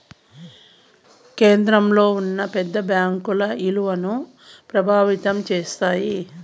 కేంద్రంలో ఉన్న పెద్ద బ్యాంకుల ఇలువను ప్రభావితం చేస్తాయి